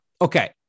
Okay